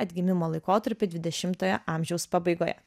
atgimimo laikotarpiu dvidešimtojo amžiaus pabaigoje